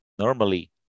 normally